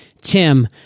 Tim